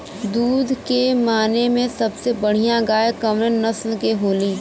दुध के माने मे सबसे बढ़ियां गाय कवने नस्ल के होली?